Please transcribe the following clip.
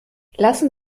lassen